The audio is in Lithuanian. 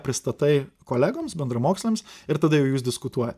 pristatai kolegoms bendramoksliams ir tada jau jūs diskutuojat